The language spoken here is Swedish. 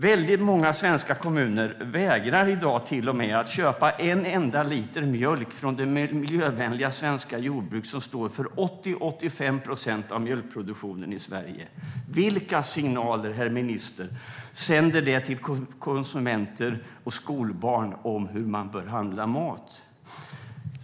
Väldigt många svenska kommuner vägrar i dag till och med att köpa en enda liter mjölk från det miljövänliga svenska jordbruk som står för 80-85 procent av mjölkproduktionen i Sverige. Vilka signaler, herr minister, sänder det till konsumenter och skolbarn om hur man bör handla mat?